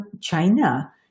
China